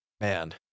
Man